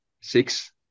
six